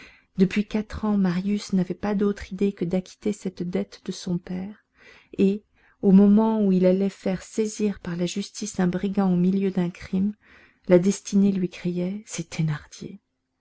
depuis quatre ans marius n'avait pas d'autre idée que d'acquitter cette dette de son père et au moment où il allait faire saisir par la justice un brigand au milieu d'un crime la destinée lui criait